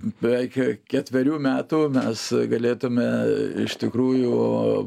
beveik ketverių metų mes galėtume iš tikrųjų